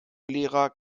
lehrer